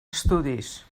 estudis